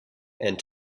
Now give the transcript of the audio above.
and